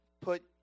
put